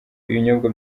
ibinyobwa